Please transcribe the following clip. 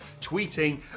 tweeting